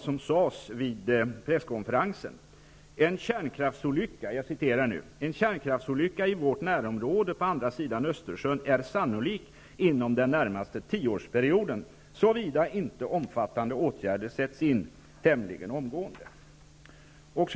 som sades vid presskonferensen: ''En kärnkraftsolycka i vårt närområde på andra sidan Östersjön är sannolik inom den närmaste tioårsperioden -- såvida inte omfattande åtgärder sätts in tämligen omgående.''